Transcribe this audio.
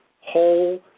whole